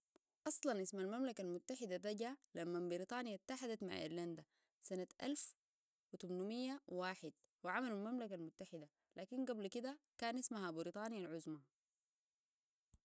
أصلا اسم المملكة المتحدة ده جاء لما بريطانيا اتحدت مع إيرلندا سنة الف وتمنميه وواحد وعملوا المملكة المتحدة لكن قبل كده كان اسمها بريطانيا العظمي